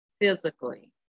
physically